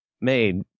made –